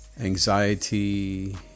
anxiety